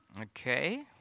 Okay